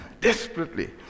desperately